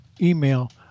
email